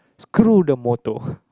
screw the bottle